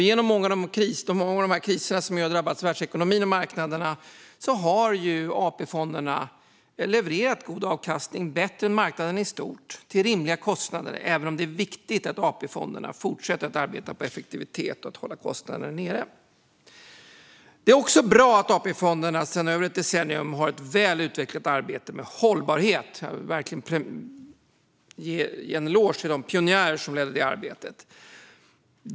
Genom många av de kriser som har drabbat världsekonomin och marknaden har AP-fonderna levererat god avkastning, bättre än marknaden i stort, till rimliga kostnader. Det är dock viktigt att AP-fonderna fortsätter att arbeta när det gäller effektivitet och att hålla kostnaderna nere. Det är också bra att AP-fonderna sedan över ett decennium har ett väl utvecklat arbete med hållbarhet. Jag vill verkligen ge en eloge till de pionjärer som ledde det arbetet.